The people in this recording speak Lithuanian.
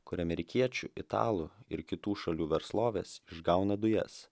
kur amerikiečių italų ir kitų šalių verslovės išgauna dujas